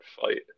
fight